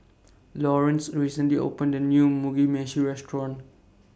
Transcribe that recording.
Lawrance recently opened The New Mugi Meshi Restaurant